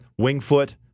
Wingfoot